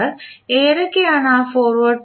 ഏതൊക്കെയാണ് ആ ഫോർവേഡ് പാത്തുകൾ